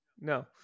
No